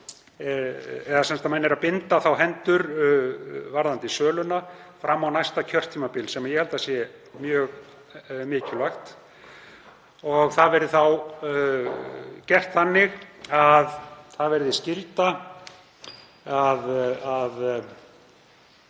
með sér að menn binda þá hendur sínar varðandi söluna fram á næsta kjörtímabil, sem ég held að sé mjög mikilvægt. Það verður þá gert þannig að það verði skylda að